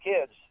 kids